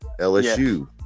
LSU